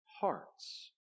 hearts